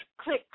click